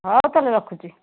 ହଉ ତା'ହେଲେ ରଖୁଛି